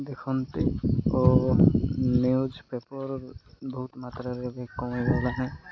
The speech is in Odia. ଦେଖନ୍ତି ଓ ନ୍ୟୁଜପେପର ବହୁତ ମାତ୍ରାରେ ବି କମ୍ ହେଇଗଲାଣି